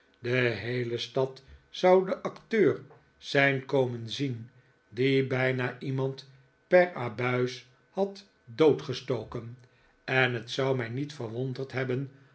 de heele stad zou den acteur zijn komen zien die bijna iemand per abuis had doodgestoken en het zou mij nietverwonderd hebben